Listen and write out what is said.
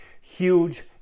Huge